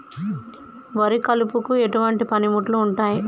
వరి కలుపుకు ఎటువంటి పనిముట్లు ఉంటాయి?